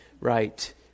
right